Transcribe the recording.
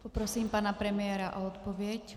Poprosím pana premiéra o odpověď.